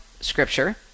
Scripture